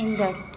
ईंदड़ु